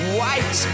White